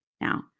Now